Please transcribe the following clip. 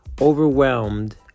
overwhelmed